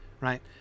Right